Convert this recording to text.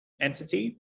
entity